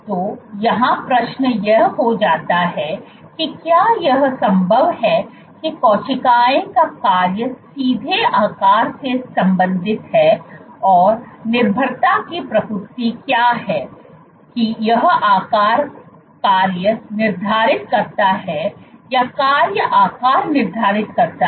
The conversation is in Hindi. तो यहाँ प्रश्न यह हो जाता है कि क्या यह संभव है कि कोशिकाओं का कार्य सीधे आकार से संबंधित है और निर्भरता की प्रकृति क्या है कि यह आकार कार्य निर्धारित करता है या कार्य आकार निर्धारित करता है